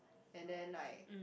and then like